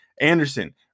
Anderson